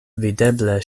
videble